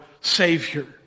savior